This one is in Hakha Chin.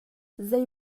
zei